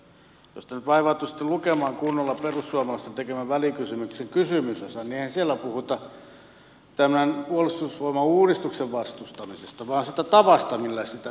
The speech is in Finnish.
jos te nyt vaivautuisitte lukemaan kunnolla perussuomalaisten tekemän välikysymyksen kysymysosan niin eihän siellä puhuta tämän puolustusvoimauudistuksen vastustamisesta vaan siitä tavasta millä sitä viedään eteenpäin